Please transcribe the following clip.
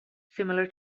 similar